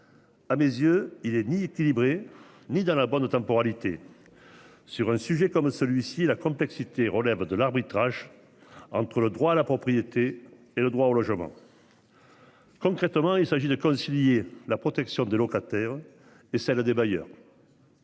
À mes yeux il est ni équilibrée ni dans la bande de temporalité. Sur un sujet comme celui-ci, la complexité relève de l'arbitrage. Entre le droit à la propriété et le droit au logement. Concrètement, il s'agit de concilier la protection des locataires et celle des bailleurs.